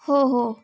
हो हो